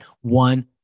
one